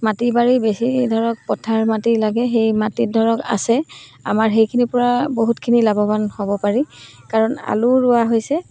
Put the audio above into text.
মাটি বাৰী বেছি ধৰক পথাৰ মাটি লাগে সেই মাটিত ধৰক আছে আমাৰ সেইখিনিৰপৰাও বহুতখিনি লাভৱান হ'ব পাৰি কাৰণ আলু ৰোৱা হৈছে